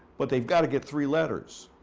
but they've got to get three letters.